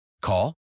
Call